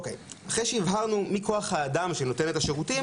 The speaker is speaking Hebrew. אחרי שהבהרנו מי כוח האדם שנותן את השירותים,